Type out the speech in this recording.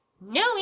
No